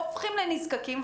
הופכים לנזקקים,